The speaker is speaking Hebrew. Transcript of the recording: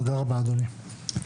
תודה רבה, אדוני.